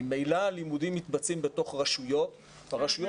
ממילא הלימודים מתבצעים בתוך רשויות והרשויות